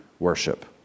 Worship